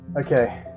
okay